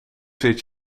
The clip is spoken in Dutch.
zit